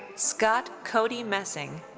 scott cote messing.